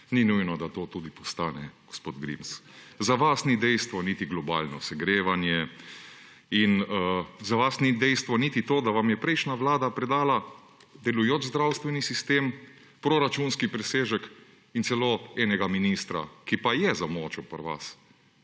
ni nujno, da to tudi postane, gospod Grims. Za vas ni dejstvo niti globalno segrevanje in za vas ni dejstvo niti to, da vam je prejšnja vlada predala delujoč zdravstveni sistem, proračunski presežek in celo enega ministra, ki pa je zamočil pri vas.